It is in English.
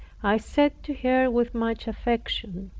i said to her with much affection